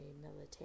military